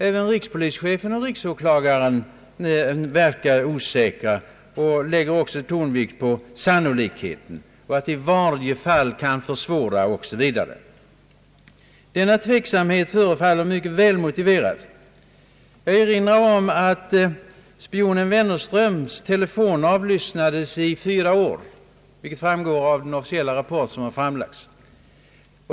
Även rikspolischefen och riksåklagaren verkar osäkra och lägger tonvikten vid sannolikheten, säger att telefonavlyssning »i varje fall kan försvåra» osv. Denna tveksamhet förefaller mycket väl motiverad. Jag erinrar om att spionen Wennerströms telefon avlyssnades under fyra år vilket framgår av den officiella rapport som framlades.